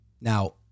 Now